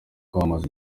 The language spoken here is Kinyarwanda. kwamamaza